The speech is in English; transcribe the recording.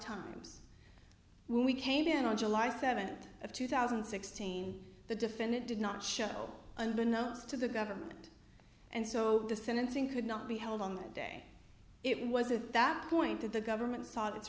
times when we came in on july seventh of two thousand and sixteen the defendant did not show unbeknownst to the government and so the sentencing could not be held on that day it was at that point that the government's thought it's